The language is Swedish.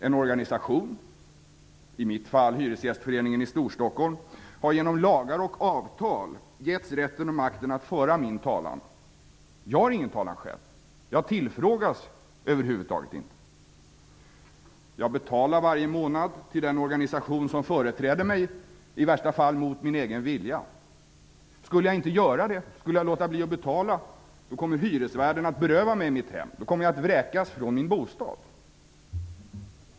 En organisation -- i mitt fall Hyresgästföreningen i Storstockholm -- har genom lagar och avtal givits rätten och makten att föra min talan. Jag har ingen talan själv. Jag tillfrågas över huvud taget inte. Jag betalar varje månad till den organisation som företräder mig, i värsta fall mot min egen vilja. Om jag skulle låta bli att betala kommer hyresvärden att beröva mig mitt hem. Då kommer jag att vräkas från min bostad.